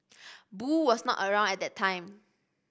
Boo was not around at the time